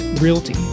Realty